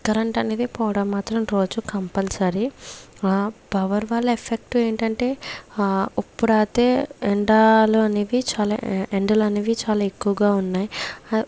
current అనేది పోవడం మాత్రం రోజు కంపల్సరీ ఆ పవర్ వాళ్ళ ఎఫెక్ట్ ఏంటంటే ఉప్పుడైతే ఎండలు అనేవి చాలా ఎండలనేవి చాలా ఎక్కువగా ఉన్నాయి